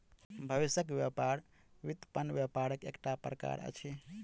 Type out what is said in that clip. भविष्यक व्यापार व्युत्पन्न व्यापारक एकटा प्रकार अछि